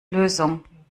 lösung